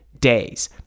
days